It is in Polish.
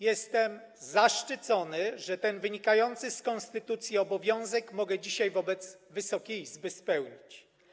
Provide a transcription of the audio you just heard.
Jestem zaszczycony, że ten wynikający z konstytucji obowiązek mogę dzisiaj wobec Wysokiej Izby spełnić.